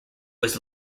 was